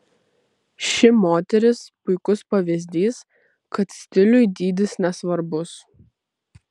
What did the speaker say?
ši moteris puikus pavyzdys kad stiliui dydis nesvarbus